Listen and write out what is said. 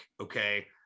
okay